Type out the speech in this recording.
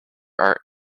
art